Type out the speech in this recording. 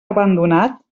abandonat